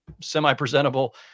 semi-presentable